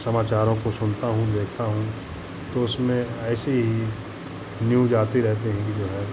समाचारों को सुनता हूँ देखता हूँ तो उसमें ऐसी ही न्यूज़ आती रहती हैं जो है